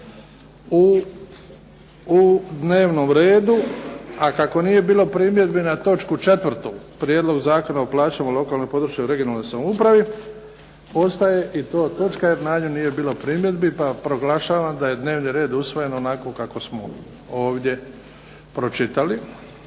u dnevnom redu. A kako nije bilo primjedbi na točku 4. Prijedlog Zakona o plaćama u lokalnoj i područnoj (regionalnoj) samoupravi ostaje i to točka, jer …/Govornik se ne razumije./… nije bilo primjedbi pa proglašavam da je dnevni red usvojen onako kako smo ovdje pročitali.